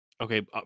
Okay